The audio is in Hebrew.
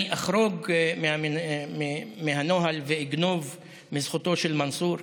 אני אחרוג מהנוהל ואגנוב מזכותו של מנסור,